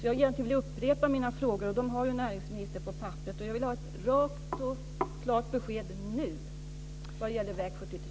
Jag vill upprepa mina frågor som näringsministern har på papperet. Jag vill ha ett rakt och klart besked nu när det gäller väg 73.